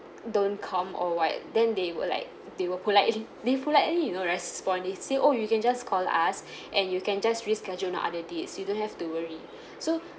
don't come or what then they were like they were polite they politely you know respond they say oh you can just call us and you can just reschedule on other dates you don't have to worry so